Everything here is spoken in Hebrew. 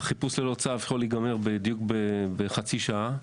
חיפוש ללא צו יכול להיגמר בדיוק בחצי שעה.